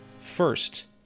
First